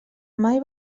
mai